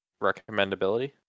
Recommendability